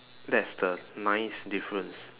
that's the ninth difference